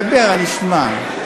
דבר, אני אשמע.